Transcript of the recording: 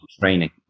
training